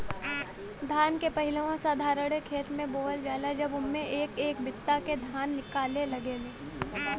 धान के पहिलवा साधारणे खेत मे बोअल जाला जब उम्मे एक एक बित्ता के धान निकले लागे